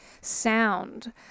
sound